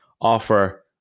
offer